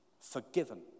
forgiven